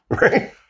right